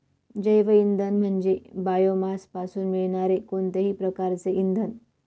जैवइंधन म्हणजे बायोमासपासून मिळणारे कोणतेही प्रकारचे इंधन